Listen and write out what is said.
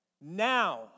Now